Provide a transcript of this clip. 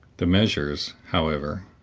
the measures, however,